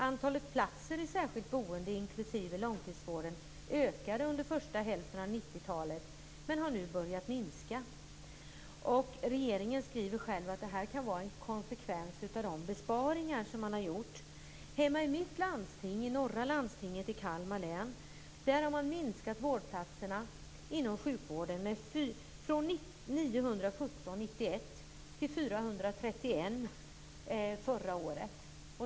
Antalet platser i särskilt boende, inklusive långtidsvården, ökade under första hälften av 90-talet men har nu börjat minska. Regeringen skriver själv att detta kan vara en konsekvens av de besparingar som man har gjort. Hemma i mitt landsting, Landstinget i Kalmar län, har man minskat vårdplatserna inom sjukvården från 917 år 1991 till 431 förra året.